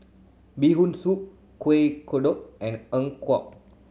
Bee Hoon Soup Kueh Kodok and eng